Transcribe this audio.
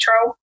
control